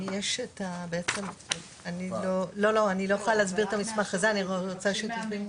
אתמול בערב קיבלנו מסמך משבעה ממונים: